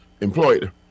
employed